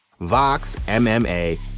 VOXMMA